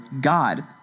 God